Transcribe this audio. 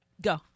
Go